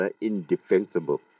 indefensible